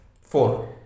Four